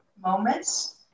moments